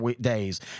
days